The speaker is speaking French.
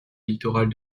littoral